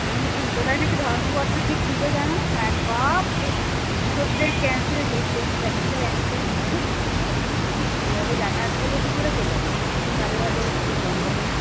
হুম কোথায় না কি ধর্মঘট না কি ছিলো যেন তার সব দুটো ট্রেন ক্যান্সেল সেই ট্রেনের প্যাসেঞ্জার একটা ট্রেনে হয় না কি সম্ভব এইভাবে যাতায়াত করবো কী করে কে জানে দু দিন বাদে বাদে এর গণ্ডগোল